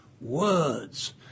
words